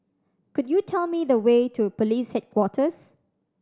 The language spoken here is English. could you tell me the way to Police Headquarters